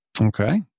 Okay